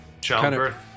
childbirth